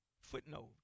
Footnote